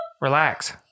Relax